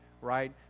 right